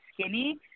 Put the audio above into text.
skinny